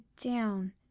down